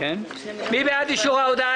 מי בעד אישור ההודעה?